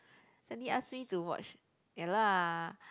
Sandy ask me to watch ya lah